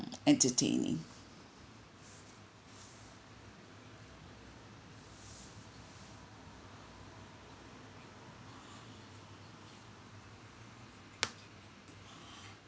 entertaining